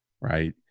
right